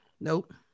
Nope